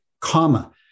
comma